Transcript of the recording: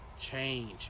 Change